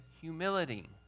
humility